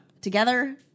together